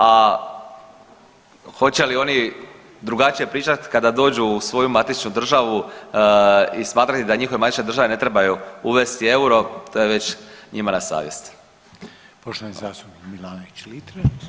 A hoće li oni drugačije pričati kada dođu u svoju matičnu državu i smatrati da njihove matične države ne trebaju uvesti euro to je već njima na savjest.